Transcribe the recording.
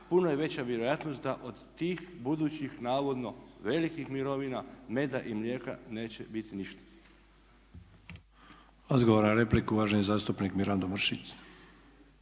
puno je veća vjerojatnost da od tih budućih navodno velikih mirovina meda i mlijeka neće biti ništa.